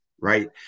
right